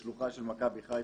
בשלוחה של מכבי חיפה,